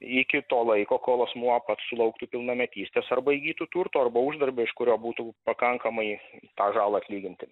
iki to laiko kol asmuo pats sulauktų pilnametystės arba įgytų turto arba uždarbio iš kurio būtų pakankamai tą žalą atlyginti